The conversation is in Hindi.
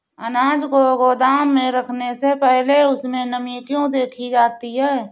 अनाज को गोदाम में रखने से पहले उसमें नमी को क्यो देखी जाती है?